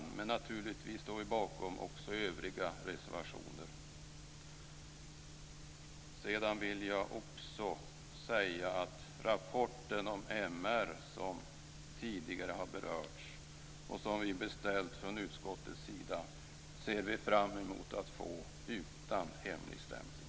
Vi står naturligtvis också bakom övriga reservationer. Jag vill också säga att rapporten om MR, som tidigare har berörts och som vi från utskottets sida har beställt, ser vi fram mot att få utan hemligstämplingar.